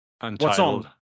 Untitled